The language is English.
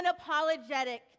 unapologetic